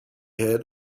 had